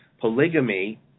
polygamy